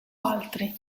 altri